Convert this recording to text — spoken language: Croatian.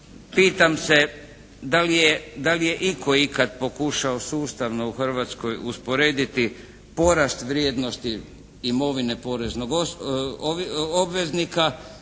Pitam se da li je itko ikad pokušao sustavno u Hrvatskoj usporediti porast vrijednosti imovine poreznog ovisnika